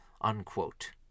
unquote